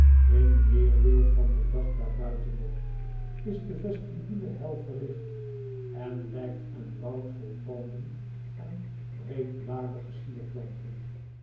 in weêrwil van den dag daarbuiten nog is de vestibule hel verlicht en lijkt een woud vol palmen en breedbladige sierplanten